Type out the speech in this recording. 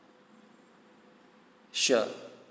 sure